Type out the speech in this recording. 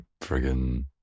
friggin